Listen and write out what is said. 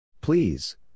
Please